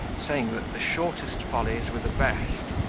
saying that the shortest follies were the best,